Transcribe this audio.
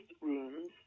rooms